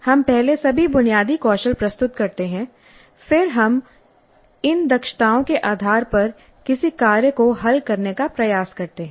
हम पहले सभी बुनियादी कौशल प्रस्तुत करते हैं फिर हम इन दक्षताओं के आधार पर किसी कार्य को हल करने का प्रयास करते हैं